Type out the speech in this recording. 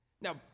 Now